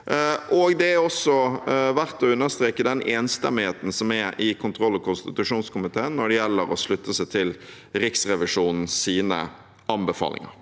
Det er også verdt å understreke den enstemmigheten som er i kontroll- og konstitusjonskomiteen når det gjelder å slutte seg til Riksrevisjonens anbefalinger.